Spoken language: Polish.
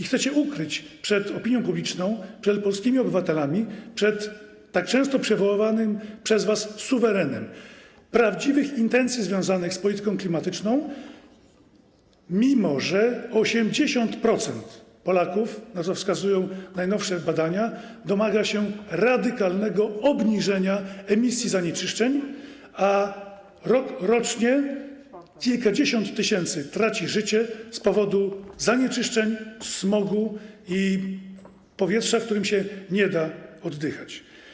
Chcecie ukryć przed opinią publiczną, przed polskimi obywatelami, przed tak często przywoływanym przez was suwerenem prawdziwe intencje związane z polityką klimatyczną, mimo że 80% Polaków, na co wskazują najnowsze badania, domaga się radykalnego obniżenia emisji zanieczyszczeń, a rokrocznie kilkadziesiąt tysięcy ludzi traci życie z powodu zanieczyszczeń, smogu i powietrza, którym nie da się oddychać.